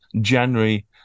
January